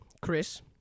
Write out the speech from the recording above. Chris